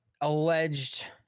alleged